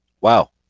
wow